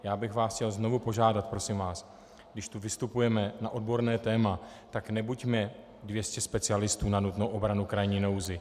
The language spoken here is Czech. Já bych vás chtěl znovu požádat: Prosím vás, když tu vystupujeme na odborné téma, tak nebuďme dvě stě specialistů na nutnou obranu v krajní nouzi.